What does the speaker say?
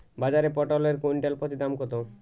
বাজারে পটল এর কুইন্টাল প্রতি দাম কত?